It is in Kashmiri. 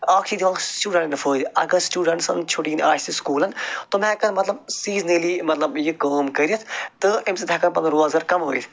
اَکھ چھِ دِوان سُٹوڈَنٹَن فٲیِدٕ اَگر سُٹوٗڈَنٹسَن چھٹی آسہِ سُکوٗلَن تِم ہیٚکَن مطلب سیٖزنٕلی مطلب یہِ کٲم کٔرِتھ تہٕ اَمہِ سۭتۍ ہیٚکَن پتہٕ روزگار کمٲیِتھ